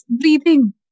breathing